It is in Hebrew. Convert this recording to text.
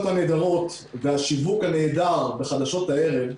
הנהדרות וכל השיווק הנהדר בחדשות הערב,